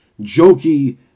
jokey